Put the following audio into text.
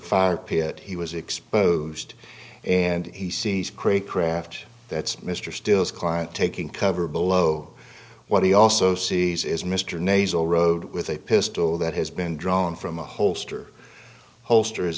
fire pit he was exposed and he sees craig craft that's mr steele's client taking cover below what he also sees is mr nasal road with a pistol that has been drawn from a holster holster is